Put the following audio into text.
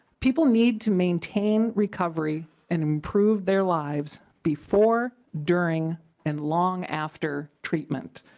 people need to maintain recovery and improve their lives before during and long after treatment.